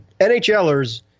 NHLers